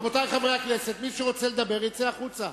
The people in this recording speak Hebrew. רבותי חברי הכנסת, מי שרוצה לדבר, שיצא החוצה.